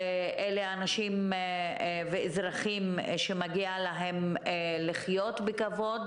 אלה אנשים ואזרחים שמגיע להם לחיות בכבוד